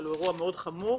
אבל הוא אירוע מאוד חמור.